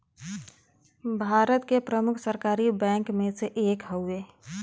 भारत के प्रमुख सरकारी बैंक मे से एक हउवे